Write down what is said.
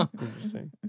Interesting